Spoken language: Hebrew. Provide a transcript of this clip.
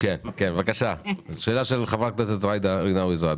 לגבי השאלה של חברת הכנסת ג'ידא רינאוי-זועבי?